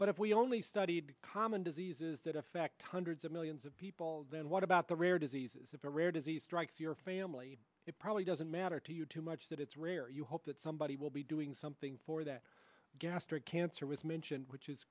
but if we only studied common diseases that affect hundreds of millions of people then what about the rare diseases of a rare disease strikes your family it probably doesn't matter to you too much that it's rare you hope that somebody will be doing something for that gastric cancer was mentioned which is